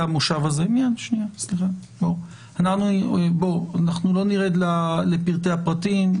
המושב הזה אנחנו לא נרד לפרטי הפרטים.